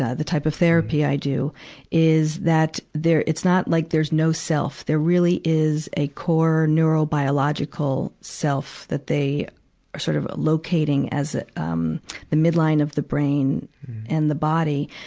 the the type of therapy i do is that there, it's not like there's no self. there really is a core neural biological self that they are sort of location as um the midline of the brain and the body.